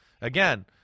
again